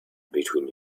between